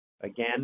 again